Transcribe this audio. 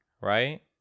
right